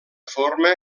forma